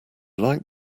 liked